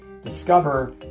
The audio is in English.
discover